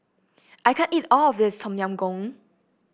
I can't eat all of this Tom Yam Goong